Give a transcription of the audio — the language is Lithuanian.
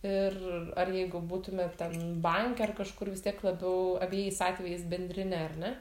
ir ar jeigu būtumėt ten banke ar kažkur vis tiek labiau abejais atvejais bendrine ar ne